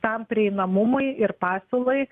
tam prieinamumui ir pasiūlai